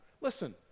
Listen